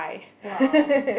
!wow!